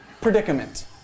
predicament